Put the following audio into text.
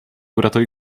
uratuje